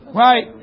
right